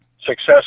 success